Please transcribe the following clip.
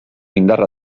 indarra